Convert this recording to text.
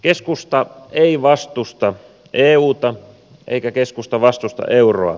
keskusta ei vastusta euta eikä keskusta vastusta euroa